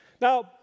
Now